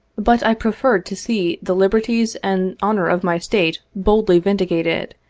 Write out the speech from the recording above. but i preferred to see the liberties and honor of my state boldly vindicated,